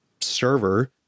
server